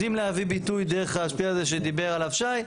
יודעים להביא ביטוי דרך השפיל הזה שדיבר עליו שי.